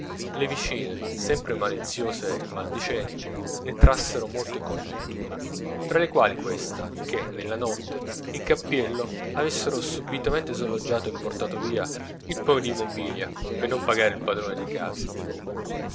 le vicine sempre maliziose e maldicenti ne trassero molte congetture tra le quali questa che nella notte i cappiello avessero subitamente sloggiato e portato via il pò di mobilia per non pagare il padrone di casa